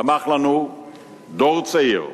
צמח לנו דור צעיר,